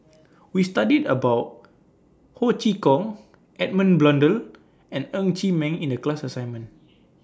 We studied about Ho Chee Kong Edmund Blundell and Ng Chee Meng in The class assignment